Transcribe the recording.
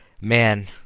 man